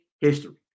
history